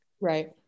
right